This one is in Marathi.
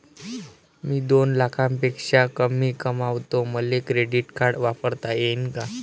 मी दोन लाखापेक्षा कमी कमावतो, मले क्रेडिट कार्ड वापरता येईन का?